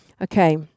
Okay